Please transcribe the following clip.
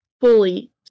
fully